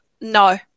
no